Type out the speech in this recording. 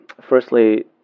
firstly